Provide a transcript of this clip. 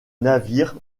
navire